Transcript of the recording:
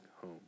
home